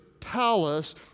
palace